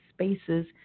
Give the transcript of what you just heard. spaces